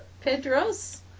Pedros